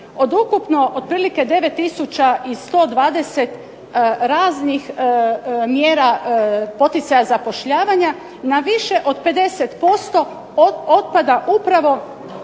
otprilike 9120 raznih mjera poticaja zapošljavanja na više od 50% otpada upravo